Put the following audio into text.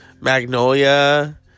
Magnolia